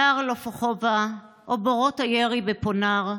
יער לופוחובה, או בורות הירי בפונאר,